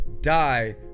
die